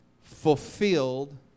fulfilled